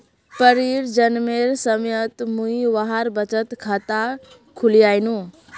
परीर जन्मेर समयत मुई वहार बचत खाता खुलवैयानु